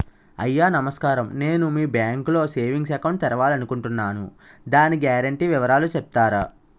అయ్యా నమస్కారం నేను మీ బ్యాంక్ లో సేవింగ్స్ అకౌంట్ తెరవాలి అనుకుంటున్నాను దాని గ్యారంటీ వివరాలు చెప్తారా?